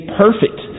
perfect